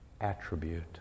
attribute